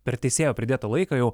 per teisėjo pridėtą laiką jau